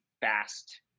fast